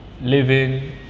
living